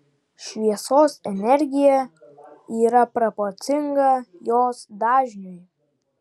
šviesos energija yra proporcinga jos dažniui